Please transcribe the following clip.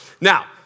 Now